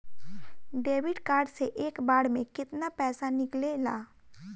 Debit card से एक बार मे केतना पैसा निकले ला?